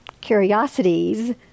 curiosities